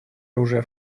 оружия